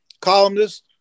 columnist